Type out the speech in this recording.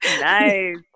Nice